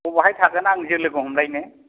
अबहाय थांगोन आं जों लोगो हमलायनो